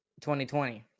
2020